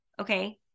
okay